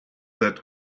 that